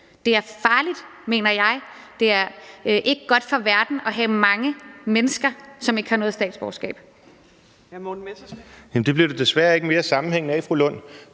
Det er farligt, mener jeg, det er ikke godt for verden at have mange mennesker, som ikke har noget statsborgerskab. Kl. 14:39 Fjerde næstformand